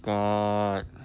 got